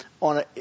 on